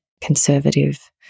conservative